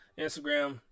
Instagram